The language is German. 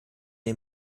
wir